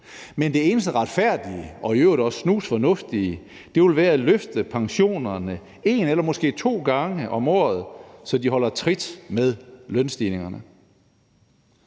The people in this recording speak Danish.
Men det eneste retfærdige og i øvrigt også snusfornuftige vil være at løfte pensionerne en eller måske to gange om året, så de holder trit med lønstigningerne.